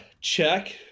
check